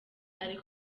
ari